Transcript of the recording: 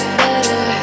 better